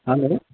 hello